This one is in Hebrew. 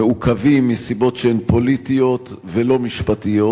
מעוכבים מסיבות שהן פוליטיות ולא משפטיות,